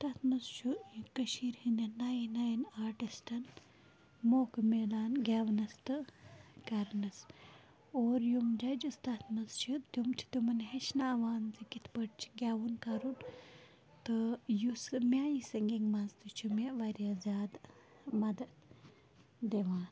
تَتھ منٛز چھُ یہِ کٔشیٖرِ ہٕنٛدٮ۪ن نَیَن نَیَن آٹِسٹَن موقعہ میلان گٮ۪ونَس تہٕ کَرنَس اور یُم جَجِس تَتھ منٛز چھِ تِم چھِ تِمَن ہیٚچھناوان زِ کِتھ پٲٹھۍ چھِ گٮ۪وُن کَرُن تہٕ یُس میٛانہِ سِنٛگِنٛگ منٛز تہِ چھُ مےٚ واریاہ زیادٕ مَدت دِوان